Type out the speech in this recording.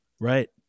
Right